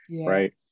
Right